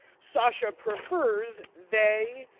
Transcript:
sasha prefers they,